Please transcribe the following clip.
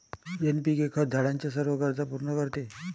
NPK खत झाडाच्या सर्व गरजा पूर्ण करते